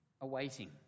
Awaiting